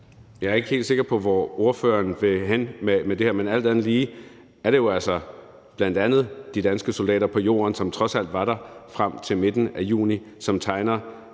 Jeg er ikke helt sikker på, hvor ordføreren vil hen med det her, men alt andet lige er det jo altså bl.a. de danske soldater på jorden, som trods alt var der frem til midten af juni, som tegner